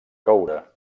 coure